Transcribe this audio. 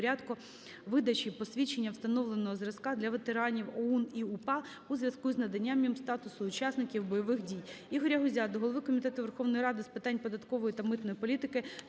Порядку видачі посвідчення встановленого зразка для ветеранів ОУН і УПА у зв'язку із наданням їм статусу учасників бойових дій.